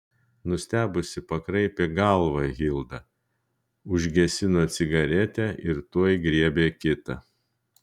nustebusi pakraipė galvą hilda užgesino cigaretę ir tuoj griebė kitą